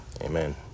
Amen